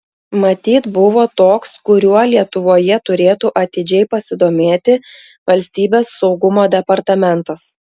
matyt buvo toks kuriuo lietuvoje turėtų atidžiai pasidomėti valstybės saugumo departamentas